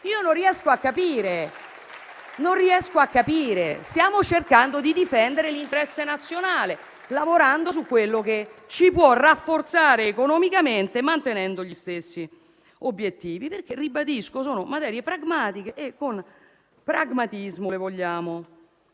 Io non riesco a capire. Stiamo cercando di difendere l'interesse nazionale, lavorando su quello che ci può rafforzare economicamente e mantenendo gli stessi obiettivi, perché - ribadisco - sono materie pragmatiche e con pragmatismo le vogliamo